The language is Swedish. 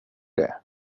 det